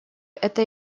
это